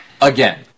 Again